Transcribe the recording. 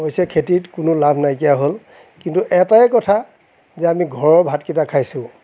অৱশ্যে খেতিত কোনো লাভ নাইকীয়া হ'ল কিন্তু এটাই কথা যে আমি ঘৰৰ ভাতকেইটা খাইছোঁ